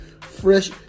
fresh